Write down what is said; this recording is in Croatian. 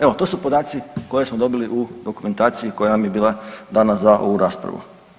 Evo to su podaci koje smo dobili u dokumentaciji koja nam je bila dana za ovu raspravu.